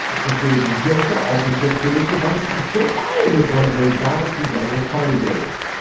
christina de jozo also just producer, wonders if joe biden was one of those guys from daniels carny days.